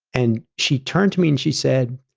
and she turned to me and she said,